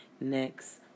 next